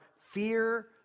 fear